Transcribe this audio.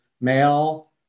male